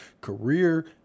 career